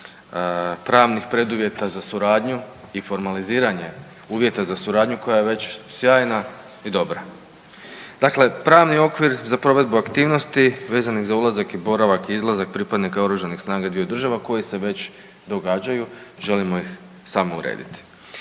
pravnih preduvjeta za suradnju i formaliziranje uvjeta za suradnju koja je već sjajna i dobra. Dakle, pravni okvir za provedbu aktivnosti vezanih za ulazak i boravak i izlazak pripadnika OS-a dviju država koje se već događaju, želimo ih samo urediti.